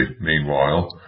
meanwhile